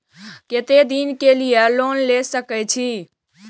केते दिन के लिए लोन ले सके छिए?